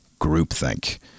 groupthink